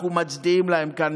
אנחנו מצדיעים להם כאן,